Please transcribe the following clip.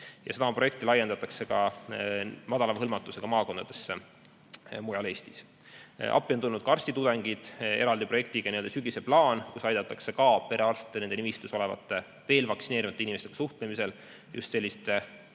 Ja seda projekti laiendatakse ka madalama hõlmatusega maakondadesse mujal Eestis. Appi on tulnud ka arstitudengid eraldi projektiga "Sügise plaan". Aidatakse perearste nende nimistus olevate veel vaktsineerimata inimestega suhtlemisel, pakkudes